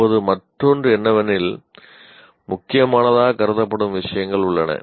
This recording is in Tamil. இப்போது மற்றொன்று என்னவெனில் முக்கியமானதாகக் கருதப்படும் விஷயங்கள் உள்ளன